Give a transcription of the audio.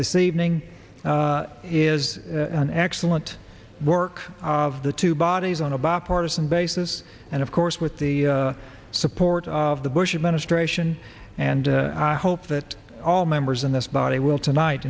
this evening is an excellent work of the two bodies on a bipartisan basis and of course with the support of the bush administration and i hope that all members in this body will tonight